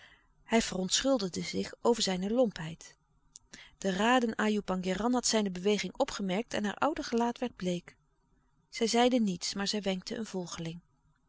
hij verontschuldigde zich over zijne lompheid de raden ajoe pangéran had zijne beweging opgemerkt en haar oude gelaat werd bleek zij zeide niets maar zij wenkte een volgeling